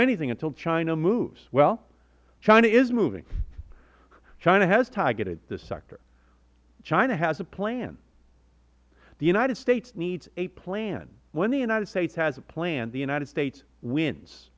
anything until china moves well china is moving china has targeted this sector china has a plan the united states needs a plan when the united states has a plan the united states wins